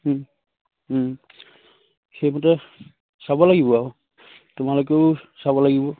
সেইমতে চাব লাগিব আৰু তোমালোকেও চাব লাগিব